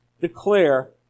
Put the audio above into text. declare